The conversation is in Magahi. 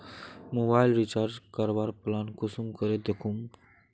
मोबाईल रिचार्ज करवार प्लान कुंसम करे दखुम?